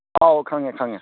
ꯑꯥꯎ ꯈꯪꯉꯦ ꯈꯪꯉꯦ